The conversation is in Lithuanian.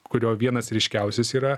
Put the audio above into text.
kurio vienas ryškiausias yra